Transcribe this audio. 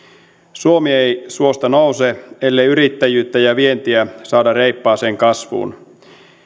suomi ei suosta nouse ellei yrittäjyyttä ja vientiä saada reippaaseen kasvuun